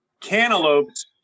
cantaloupes